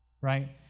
Right